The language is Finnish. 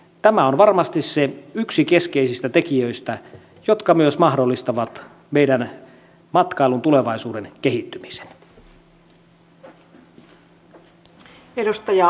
tämä on varmasti se yksi keskeisistä tekijöistä jotka myös mahdollistavat meidän matkailumme tulevaisuuden kehittymisen